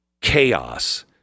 chaos